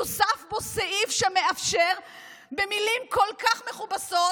יוסף בו סעיף שמאפשר במילים כל כך מכובסות